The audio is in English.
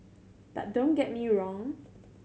but don't get me wrong